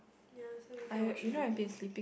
ya so you can watch movie